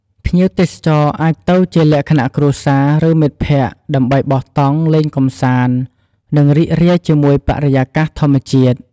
ភ្ញៀវទេសចរអាចទៅជាលក្ខណៈគ្រួសារ ឬមិត្តភក្តិ ដើម្បីបោះតង់ លេងកន្សាន្ត និងរីករាយជាមួយបរិយាកាសធម្មជាតិ។